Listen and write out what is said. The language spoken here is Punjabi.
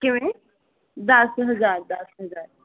ਕਿਵੇਂ ਦਸ ਹਜ਼ਾਰ